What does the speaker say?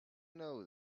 know